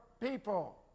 people